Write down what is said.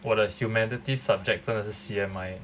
我的 humanities subject 真的是 C_M_I 的